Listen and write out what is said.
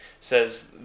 says